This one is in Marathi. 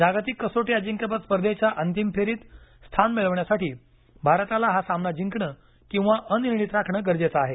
जागतिक कसोटी अजिंक्यपद स्पर्धेच्या अंतिम फेरीत स्थान मिळवण्यासाठी भारताला हा सामना जिंकणं किंवा अनिर्णित राखण गरजेचं आहे